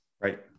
Right